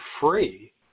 free